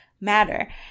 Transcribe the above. matter